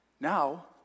Now